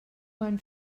van